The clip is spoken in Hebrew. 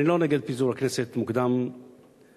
אני לא נגד פיזור מוקדם של הכנסת.